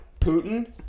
putin